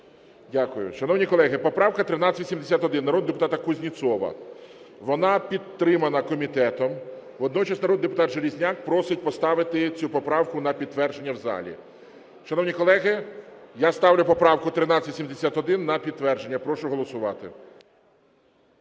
Дякую. Шановні колеги, поправка 1381 народного депутата Кузнєцова. Вона підтримана комітетом. Водночас народний депутат Железняк просить поставити цю поправку на підтвердження в залі. Шановні колеги, я ставлю поправку 1381 на підтвердження. Прошу голосувати.